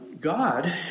God